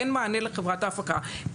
אין מענה לחברת ההפקה,